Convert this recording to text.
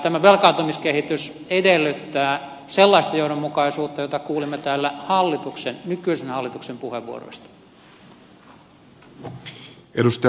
tämä velkaantumiskehitys edellyttää sellaista johdonmukaisuutta jota kuulimme täällä hallituksen nykyisen hallituksen puheenvuoroista